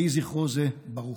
יהי זכרו זה ברוך.